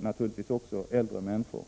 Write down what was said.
naturligtvis äldre människor.